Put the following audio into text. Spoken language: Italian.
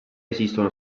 esistono